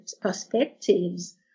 perspectives